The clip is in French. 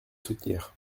soutenir